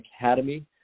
Academy